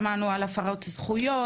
שמענו על הפרות זכויות,